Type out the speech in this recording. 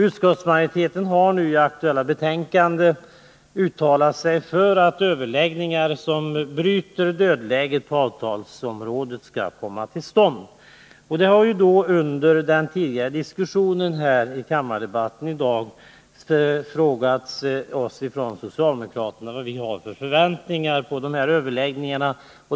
Utskottsmajoriteten har i det aktuella betänkandet uttalat sig för att överläggningar som bryter dödläget på avtalsområdet skall komma till stånd. Man har under den tidigare diskussionen här i kammaren i dag frågat vilka förväntningar socialdemokraterna har på dessa överläggningar.